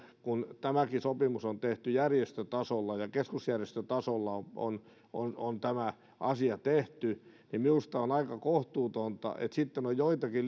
kun tämäkin sopimus on tehty järjestötasolla ja keskusjärjestötasolla on on tämä asia tehty niin minusta on aika kohtuutonta että sitten on joitakin